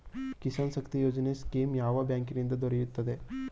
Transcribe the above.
ಕಿಸಾನ್ ಶಕ್ತಿ ಯೋಜನೆ ಸ್ಕೀಮು ಯಾವ ಬ್ಯಾಂಕಿನಿಂದ ದೊರೆಯುತ್ತದೆ?